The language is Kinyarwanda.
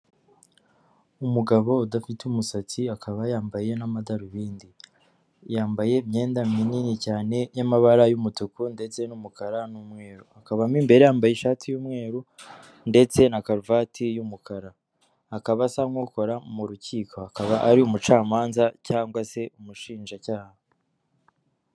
Umugabo udafite umusatsi, akaba yambaye n'amadarubindi. Yambaye imyenda minini cyane y'amabara y'umutuku ndetse n'umukara n'umweru, akaba mu imbere yambaye ishati y'umweru ndetse na karuvati y'umukara, akaba asa nk'ukora mu rukiko, akaba ari umucamanza cyangwa se umushinjacyaha.